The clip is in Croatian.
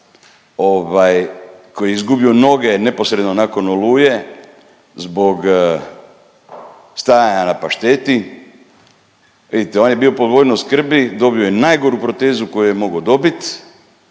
koji je izgubio noge neposredno nakon Oluje zbog stajanja na „pašteti“. Vidite, on je bio po vojnoj skrbi, dobio je najgoru protezu koju je mogao dobit,